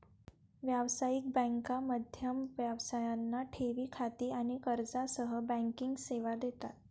व्यावसायिक बँका मध्यम व्यवसायांना ठेवी खाती आणि कर्जासह बँकिंग सेवा देतात